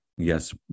yes